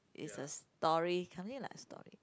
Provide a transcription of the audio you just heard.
it's a story something like a story